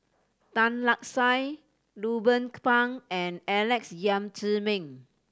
Tan Lark Sye Ruben Pang and Alex Yam Ziming